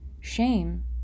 Shame